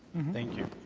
thank you.